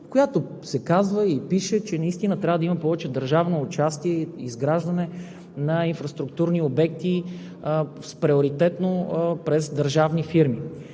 която се казва и пише, че наистина трябва да има повече държавно участие и изграждане на инфраструктурни обекти – приоритетно през държавни фирми.